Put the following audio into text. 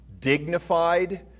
dignified